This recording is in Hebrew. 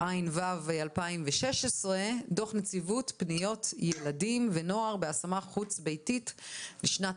התשע"ו-2016 - דוח נציבות פניות ילדים ונוער בהשמה חוץ ביתית לשנת